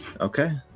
Okay